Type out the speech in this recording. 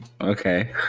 Okay